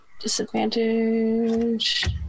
Disadvantage